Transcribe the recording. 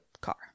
car